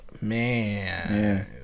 Man